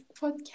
podcast